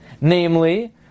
Namely